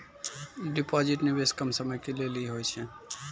Deposit निवेश कम समय के लेली होय छै?